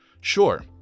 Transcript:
Sure